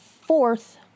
fourth